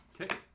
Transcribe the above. Okay